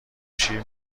شیر